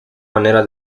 manera